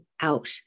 out